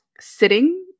sitting